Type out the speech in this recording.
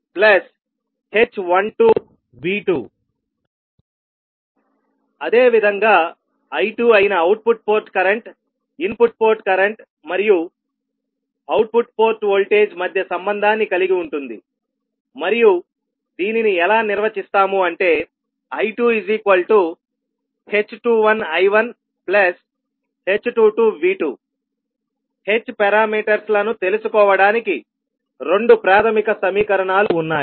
V1h11I1h12V2 అదేవిధంగా I2 అయిన output port current input port current మరియు అవుట్పుట్ పోర్ట్ వోల్టేజ్ మధ్య సంబంధాన్ని కలిగి ఉంటుంది మరియు దీనిని ఎలా నిర్వచిస్తాము అంటే I2h21I1h22V2 h పారామీటర్స్ లను తెలుసుకోవడానికి రెండు ప్రాథమిక సమీకరణాలు ఉన్నాయి